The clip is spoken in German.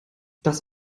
das